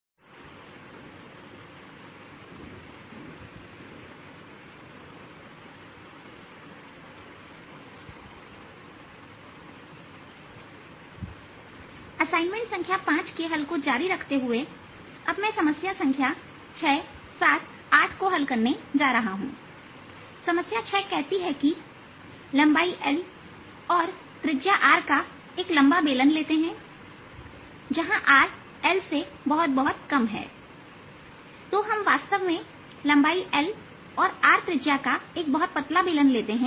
assignment 5 समस्या 6 8 assignment संख्या 5 के हल को जारी रखते हुएअब मैं समस्या संख्या 6 7 8 को हल करने जा रहा हूं समस्या 6 कहती है कि लंबाई L और त्रिज्या R एक लंबा बेलन लेते हैं जहां RL तो हम वास्तव में लंबाई L और त्रिज्या R का एक बहुत पतला बेलन लेते हैं